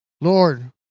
Lord